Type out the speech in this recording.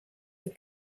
the